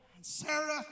Sarah